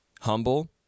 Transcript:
humble